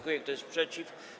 Kto jest przeciw?